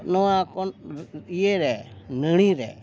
ᱱᱚᱣᱟ ᱠᱚᱱ ᱤᱭᱟᱹ ᱨᱮ ᱱᱟᱹᱲᱤ ᱨᱮ